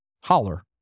holler